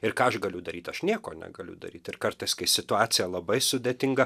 ir ką aš galiu daryt aš nieko negaliu daryt ir kartais kai situacija labai sudėtinga